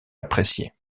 appréciée